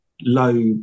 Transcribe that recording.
low